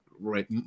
right